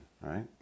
right